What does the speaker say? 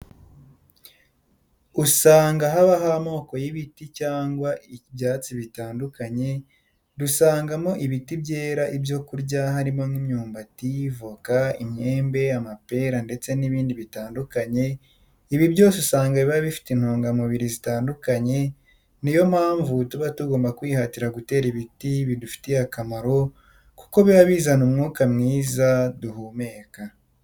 Usanga habaho amoko y'ibiti cyangwa ibyatsi bitandukanye, dusangamo ibiti byera ibyo kurya harimo nk'imyumbati, voka, imyembe, amapera ndetse n'ibindi bitandukanye, ibi byose usanga biba bifite intungamubiri zitandukanye, ni yo mpamvu tuba tugomba kwihatira gutera ibiti bidufitiye akamaro kuko biba bizana n'umwuka mwiza duhumeka.